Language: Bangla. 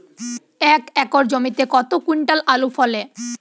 এক একর জমিতে কত কুইন্টাল আলু ফলে?